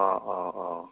অঁ অঁ অঁ